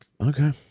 Okay